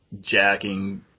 jacking